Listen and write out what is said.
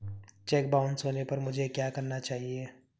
Check bounce होने पर मुझे क्या करना चाहिए?